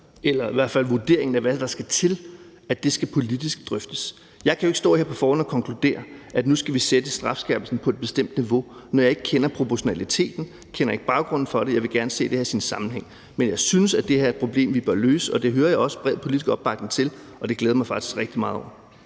eller i hvert fald vurderingen af, hvad der skal til, skal drøftes politisk. Jeg kan jo ikke stå her på forhånd og konkludere, at nu skal vi sætte strafskærpelsen på et bestemt niveau, når jeg ikke kender proportionaliteten og ikke kender baggrunden for det, og jeg vil gerne se det her i sin sammenhæng. Men jeg synes, at det her er et problem, vi bør løse, og det hører jeg også bred politisk opbakning til, og det glæder jeg mig faktisk rigtig meget over.